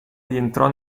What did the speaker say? rientrò